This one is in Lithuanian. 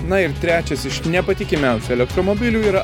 na ir trečias iš nepatikimiausių elektromobilių yra